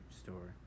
store